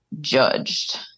judged